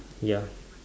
ya